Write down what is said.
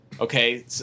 okay